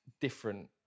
different